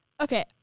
Okay